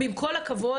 עם כל הכבוד,